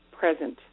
present